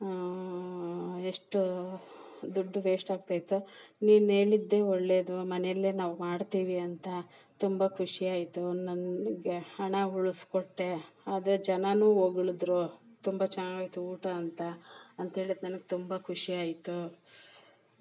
ಎಷ್ಟು ದುಡ್ಡು ವೇಶ್ಟ್ ಆಗ್ತಾಯಿತ್ತು ನೀನು ಹೇಳಿದ್ದೇ ಒಳ್ಳೆದು ಮನೆಯಲ್ಲೇ ನಾವು ಮಾಡ್ತಿವಿ ಅಂತ ತುಂಬ ಖುಷಿಯಾಯಿತು ನನಗೆ ಹಣ ಉಳಿಸ್ಕೊಟ್ಟೆ ಅದೆ ಜನಾನು ಹೊಗ್ಳುದ್ರು ತುಂಬ ಚೆನ್ನಾಗಿತ್ತು ಊಟ ಅಂತ ಅಂತೇಳಿದ ನನಗೆ ತುಂಬ ಖುಷಿಯಾಯಿತು